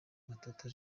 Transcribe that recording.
matata